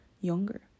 younger